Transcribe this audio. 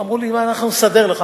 אמרו לי: אנחנו נסדר לך.